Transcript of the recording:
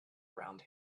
around